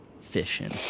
fishing